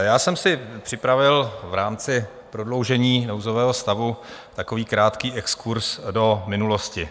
Já jsem si připravil v rámci prodloužení nouzového stavu takový krátký exkurz do minulosti.